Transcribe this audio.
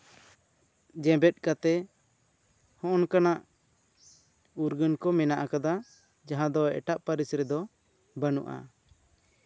ᱡᱮᱢᱵᱮᱫ ᱠᱟᱛᱮᱫ ᱦᱚᱸᱼᱚ ᱱᱚᱝᱠᱟᱱᱟᱜ ᱩᱨᱜᱟᱹᱱ ᱠᱚ ᱢᱮᱱᱟᱜ ᱟᱠᱟᱫᱟ ᱡᱟᱦᱟᱸ ᱫᱚ ᱮᱴᱟᱜ ᱯᱟᱹᱨᱥᱤ ᱨᱮᱫᱚ ᱵᱟᱹᱱᱩᱜᱼᱟ